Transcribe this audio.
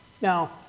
Now